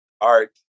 art